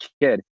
kid